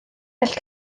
gall